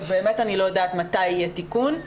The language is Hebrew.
אז באמת אני לא יודעת מתי יהיה תיקון,